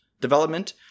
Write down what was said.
development